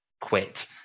quit